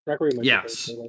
Yes